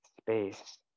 space